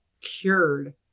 cured